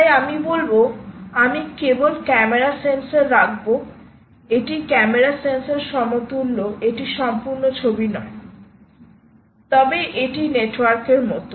তাই আমি বলব আমি কেবল ক্যামেরা সেন্সর রাখব এটি ক্যামেরা সেন্সর সমতুল্য এটি সম্পূর্ণ ছবি নয় তবে এটি নেটওয়ার্কের মতো